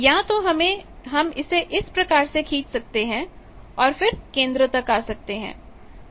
या तो हम इसे इस प्रकार से खींच सकते हैं और फिर केंद्र तक आ सकते हैं